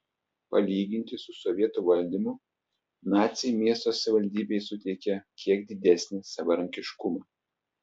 palyginti su sovietų valdymu naciai miesto savivaldybei suteikė kiek didesnį savarankiškumą